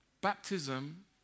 Baptism